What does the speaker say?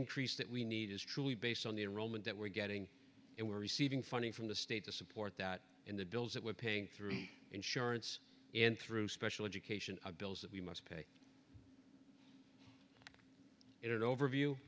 increase that we need is truly based on the enrollment that we're getting and we're receiving funding from the state to support that in the bills that we're paying through insurance and through special education bills that we must pay it over view